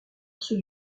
ceux